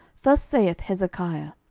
thus saith hezekiah,